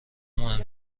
مهم